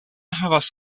havas